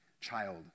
child